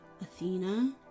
athena